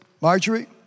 Marjorie